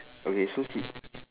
okay so C